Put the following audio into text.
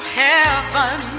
heaven